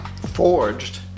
forged